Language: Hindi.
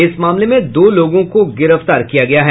इस मामले में दो लोगों को गिरफ्तार किया गया है